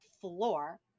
floor